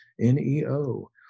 N-E-O